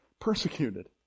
persecuted